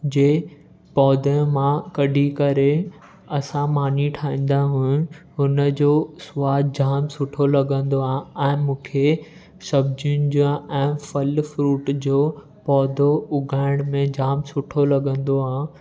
जे पौधे मां कढी करे असां मानी ठाहींदा हून हुनजो सवादु जामु सुठो लॻंदो आहे ऐं मूंखे सब्जियुनि जा ऐं फल फ्रुट जो पौधो उगाइण में जामु सुठो लॻंदो आहे